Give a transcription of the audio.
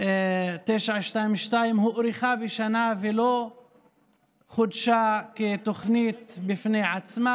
922 הוארכה בשנה ולא חודשה כתוכנית בפני עצמה,